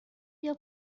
بیا